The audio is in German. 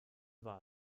war